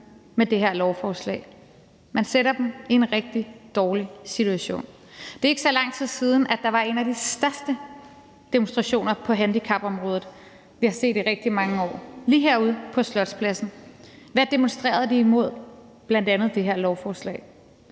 med det her lovforslag; man sætter dem i en rigtig dårlig situation. Det er ikke så lang tid siden, at der var en af de største demonstrationer på handicapområdet, vi har set i rigtig mange år. Det var lige herude på Slotspladsen. Hvad demonstrerede de imod? Det var bl.a. det her lovforslag.